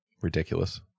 Ridiculous